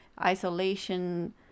isolation